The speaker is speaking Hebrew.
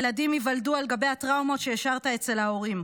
וילדים ייוולדו על גבי הטראומות שהשארת אצל ההורים.